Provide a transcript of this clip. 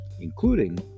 including